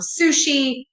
sushi